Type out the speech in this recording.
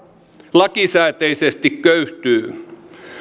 lakisääteisesti köyhtyy